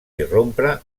irrompre